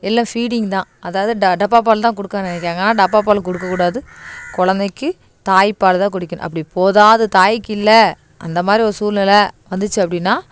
எல்லாம் ஃபீடிங் தான் அதாவது ட டப்பா பால் தான் கொடுக்க நினைக்கிறாங்க ஆனால் டப்பா பால் கொடுக்கக் கூடாது குழந்தைக்கி தாய்ப்பால் தான் குடிக்கணும் அப்படி போதாது தாய்க்கு இல்லை அந்த மாதிரி ஒரு சூழ்நிலை வந்துச்சு அப்படின்னா